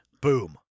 Boom